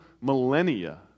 millennia